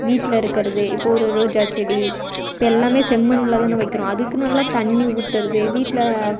வீட்டில இருக்கிறது இப்போ ஒரு ரோஜா செடி இப்போ எல்லாமே செம்மண்ணுலதான வைக்கிறோம் அதுக்கு நல்லா தண்ணி ஊத்துறது வீட்டில